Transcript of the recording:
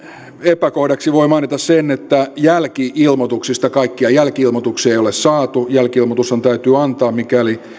epäkohdaksi voi mainita sen että jälki ilmoituksista kaikkia jälki ilmoituksia ei ole saatu jälki ilmoitushan täytyy antaa mikäli